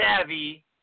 savvy –